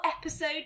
episode